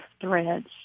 threads